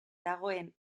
dagoen